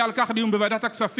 שיהיה על כך דיון בוועדת הכספים.